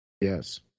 Yes